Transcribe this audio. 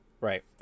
Right